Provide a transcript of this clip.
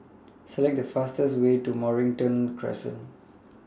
Select The fastest Way to Mornington Crescent